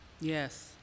Yes